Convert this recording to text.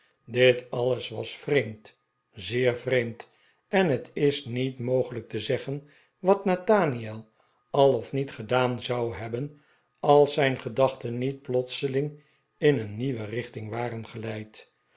dit alles was vreemd zeer vreemd en het is niet mogelijk te zeggen wat nathaniel al of niet gedaan zou hebben als zijn gedaehten niet plotseling in een nieuwe richting waren geleid